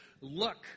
look